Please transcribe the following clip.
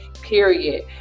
period